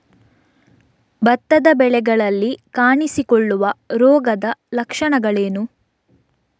ಭತ್ತದ ಬೆಳೆಗಳಲ್ಲಿ ಕಾಣಿಸಿಕೊಳ್ಳುವ ರೋಗದ ಲಕ್ಷಣಗಳೇನು?